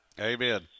Amen